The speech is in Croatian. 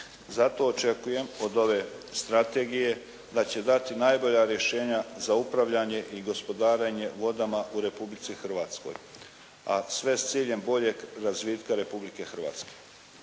Zato očekujem od ove strategije da će dati najbolja rješenja za upravljanje i gospodarenje vodama u Republici Hrvatskoj a sve s ciljem boljeg razvitka Republike Hrvatske.